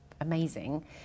amazing